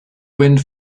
wind